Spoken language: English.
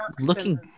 looking